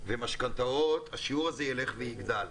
ומשכנתאות ילך ויגדל.